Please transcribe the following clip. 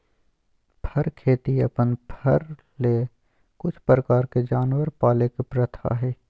फर खेती अपन फर ले कुछ प्रकार के जानवर पाले के प्रथा हइ